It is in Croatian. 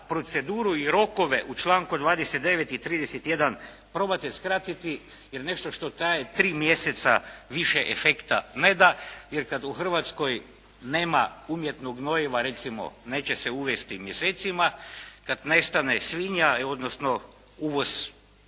i rokove u članku 29. i 31. probate skratiti. Jer nešto što traje tri mjeseca više efekta ne da. Jer kad u Hrvatskoj nema umjetnog gnojiva recimo, neće se uvesti mjesecima, kad nestane svinja, odnosno uvoz